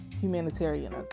humanitarian